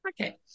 Okay